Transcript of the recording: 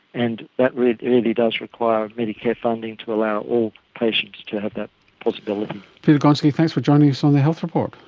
and that really really does require medicare funding to allow all patients to have that possibility. peter gonski, thanks for joining us on the health report.